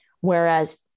Whereas